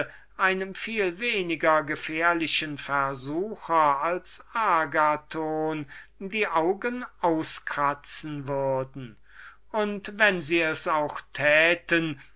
einem viel weniger gefährlichen versucher als agathon war die augen auskratzen würden und wenn sie es auch täten